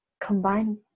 combine